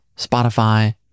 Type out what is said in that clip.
Spotify